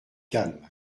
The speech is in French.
calme